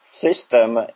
system